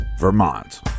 Vermont